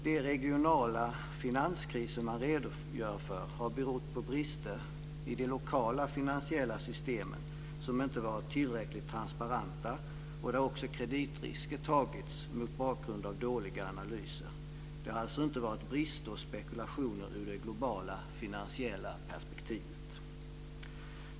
De regionala finanskriser som man redogör för har berott på brister i de lokala finansiella systemen, som inte varit tillräckligt transparenta och där också kreditrisker tagits mot bakgrund av dåliga analyser. Det har alltså inte varit brister och spekulationer i det globala finansiella perspektivet.